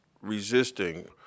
resisting